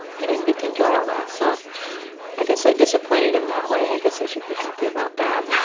um he didn't get to enjoy all that so i guess i disappointed him in that way. i guess i should be happy about that.